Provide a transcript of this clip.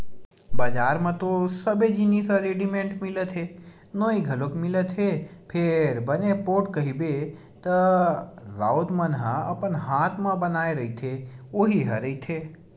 बजार म तो सबे जिनिस ह रेडिमेंट मिलत हे नोई घलोक मिलत हे फेर बने पोठ कहिबे त राउत मन ह अपन हात म बनाए रहिथे उही ह रहिथे